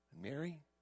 Mary